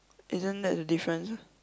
isn't that the difference